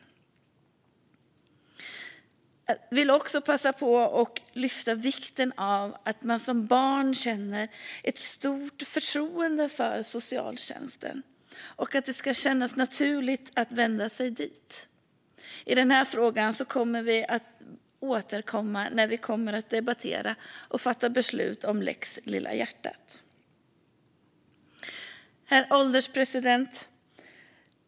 Jag vill också passa på att lyfta fram vikten av att man som barn känner ett stort förtroende för socialtjänsten och att det ska kännas naturligt att vända sig dit. Vi kommer att återkomma till denna fråga när vi ska debattera och fatta beslut om lex Lilla hjärtat. Herr ålderspresident!